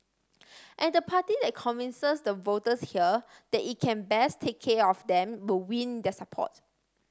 and the party that convinces the voters here that it can best take care of them will win their support